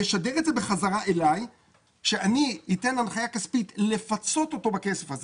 לשדר את זה חזרה עלי כדי שאני אתן הנחייה כספית לפצות אותו בכסף הזה.